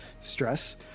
stress